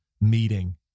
meeting